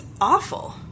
awful